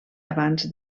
abans